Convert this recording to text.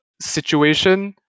situation